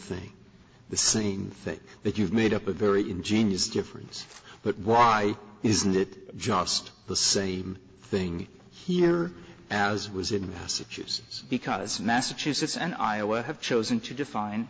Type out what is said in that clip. thing the same thing that you've made up a very ingenious difference but why isn't it just the same thing here as was in massachusetts because massachusetts and iowa have chosen to define